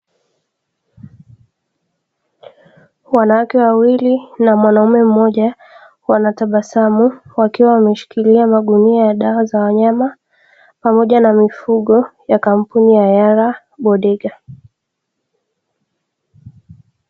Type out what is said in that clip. Wanawake wawili na mwanaume mmoja wanatabasamu wakiwa wameshikilia magunia ya dawa za wanyama pamoja na mifugo ya kampuni ya yarabodega.